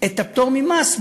את הפטור ממס,